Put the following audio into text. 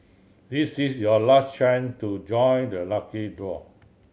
this is your last chance to join the lucky draw